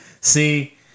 See